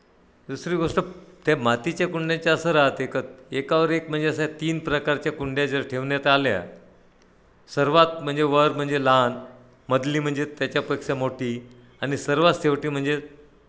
दुसरी गोष्ट त्या मातीच्या कुंड्यांच्या असं राहते का एकावर एक म्हणजे असा तीन प्रकारच्या कुंड्या जर ठेवण्यात आल्या सर्वात म्हणजे वर म्हणजे लहान मधली म्हणजे त्याच्यापेक्षा मोठी आणि सर्वच शेवटी म्हणजे